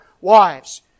wives